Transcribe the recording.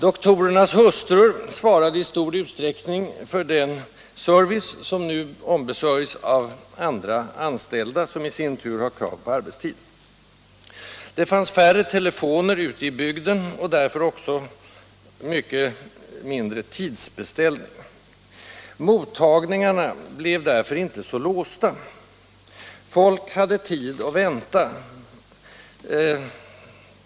Doktorernas hustrur svarade i stor utsträckning för den service som nu ombesörjs av anställda, som i sin tur har krav i fråga om arbetstiden. Det fanns färre telefoner ute i bygderna, och det blev av den anledningen också mycket färre tidsbeställningar. Mottagningarna blev därför inte så låsta. Folk hade tid att vänta.